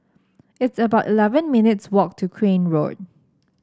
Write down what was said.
it's about eleven minutes' walk to Crane Road